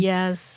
Yes